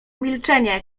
milczenie